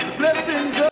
blessings